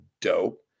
dope